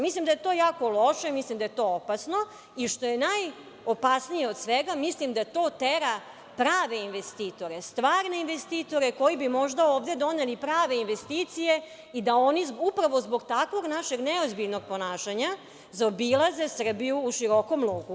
Mislim da je to jako loše, mislim da je to opasno i što je najopasnije od svega, mislim da to tera prave investitore, stvarne investitore koji bi možda ovde doneli prave investicije i da oni upravo zbog takvog našeg neozbiljnog ponašanja zaobilaze Srbiju u širokom luku.